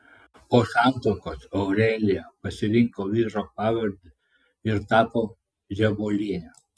po santuokos aurelija pasirinko vyro pavardę ir tapo žebuoliene